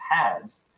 pads